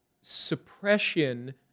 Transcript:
suppression